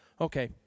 Okay